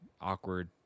awkward